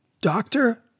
doctor